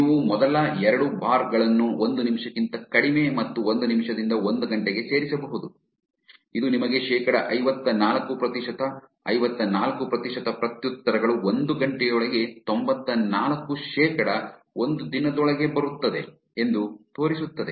ನೀವು ಮೊದಲ ಎರಡು ಬಾರ್ ಗಳನ್ನು ಒಂದು ನಿಮಿಷಕ್ಕಿಂತ ಕಡಿಮೆ ಮತ್ತು ಒಂದು ನಿಮಿಷದಿಂದ ಒಂದು ಗಂಟೆಗೆ ಸೇರಿಸಬಹುದು ಇದು ನಿಮಗೆ ಶೇಕಡಾ ಐವತ್ತನಾಲ್ಕು ಪ್ರತಿಶತ ಐವತ್ತನಾಲ್ಕು ಪ್ರತಿಶತ ಪ್ರತ್ಯುತ್ತರಗಳು ಒಂದು ಗಂಟೆಯೊಳಗೆ ತೊಂಬತ್ತನಾಲ್ಕು ಶೇಕಡಾ ಒಂದು ದಿನದೊಳಗೆ ಬರುತ್ತದೆ ಎಂದು ತೋರಿಸುತ್ತದೆ